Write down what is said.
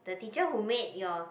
the teacher who made your